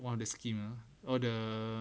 one of the scheme oh the